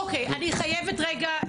אוקיי, אני חייבת רגע.